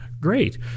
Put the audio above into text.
great